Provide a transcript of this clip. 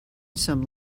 some